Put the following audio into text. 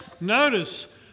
Notice